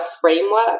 framework